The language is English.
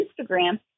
Instagram